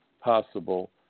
possible